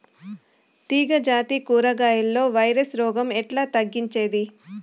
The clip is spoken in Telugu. తీగ జాతి కూరగాయల్లో వైరస్ రోగం ఎట్లా తగ్గించేది?